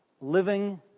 living